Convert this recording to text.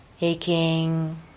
aching